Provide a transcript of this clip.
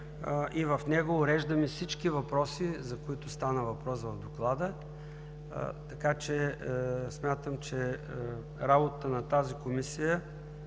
В него уреждаме всички въпроси, за които стана въпрос в Доклада. Смятам, че работата на тази комисия